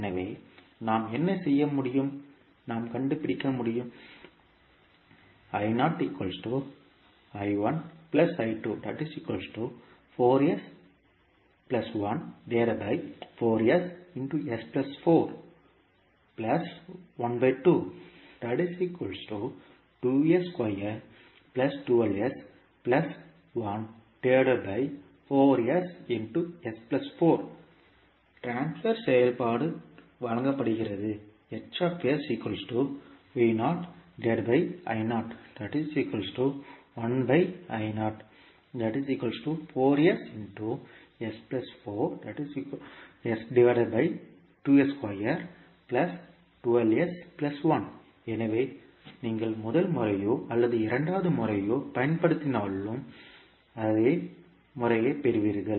எனவே நாம் என்ன செய்ய முடியும் நாம் கண்டுபிடிக்க முடியும் ட்ரான்ஸ்பர் செயல்பாடு வழங்கப்படுகிறது எனவே நீங்கள் முதல் முறையையோ அல்லது இரண்டாவது முறையையோ பயன்படுத்தினாலும் அதே முடிவைப் பெறுவீர்கள்